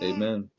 Amen